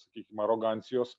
sakykim arogancijos